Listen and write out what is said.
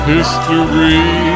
History